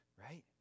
Right